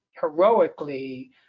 heroically